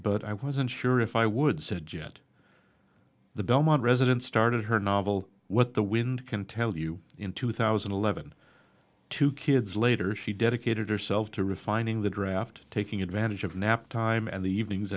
but i wasn't sure if i would suggest the belmont resident started her novel what the wind can tell you in two thousand and eleven two kids later she dedicated herself to refining the draft taking advantage of nap time and the evenings